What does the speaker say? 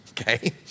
okay